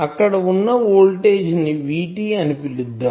అక్కడ ఉన్న వోల్టేజ్ ను VT అని పిలుద్దాం